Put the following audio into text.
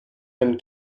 been